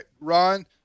Ron